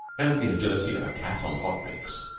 and the agility of a cat on hot bricks.